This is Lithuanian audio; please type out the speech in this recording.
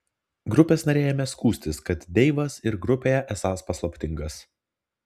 grupės nariai ėmė skųstis kad deivas ir grupėje esąs paslaptingas